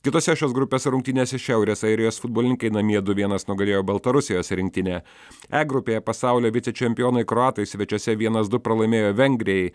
kitose šios grupės rungtynėse šiaurės airijos futbolininkai namie du vienas nugalėjo baltarusijos rinktinę e grupėje pasaulio vicečempionai kroatai svečiuose vienas du pralaimėjo vengrijai